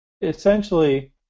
essentially